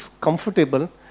comfortable